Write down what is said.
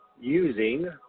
using